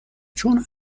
چون